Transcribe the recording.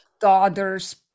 daughter's